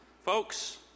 Folks